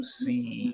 see